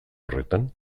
horretan